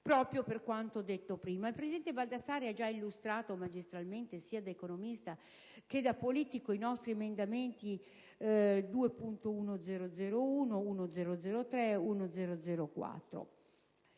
proprio per quanto detto prima. Il presidente Baldassarri ha già illustrato magistralmente sia da economista che da politico i nostri emendamenti 2.1001, 2.1003 e 2.1004.